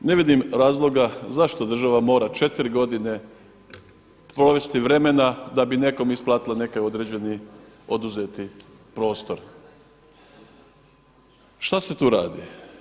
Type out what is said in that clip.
Ne vidim razloga zašto država mora četiri godine provesti vremena da bi nekom isplatila neki određeni oduzeti prostor. šta se tu radi?